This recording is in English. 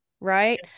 right